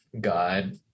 God